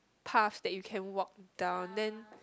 path that you can walk down then